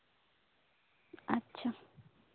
ᱟᱪᱪᱷᱟ